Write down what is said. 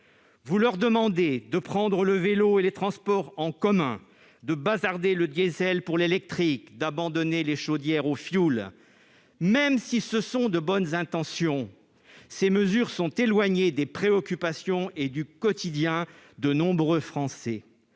Vous leur demandez de prendre le vélo et les transports en commun, de bazarder le diesel pour l'électrique, d'abandonner les chaudières au fioul. Quoiqu'elles soient dictées par de bonnes intentions, ces mesures sont éloignées des préoccupations et du quotidien de nombreux Français.